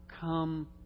come